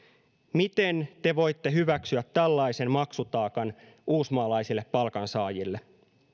miten te voitte hyväksyä tällaisen maksutaakan uusmaalaisille palkansaajille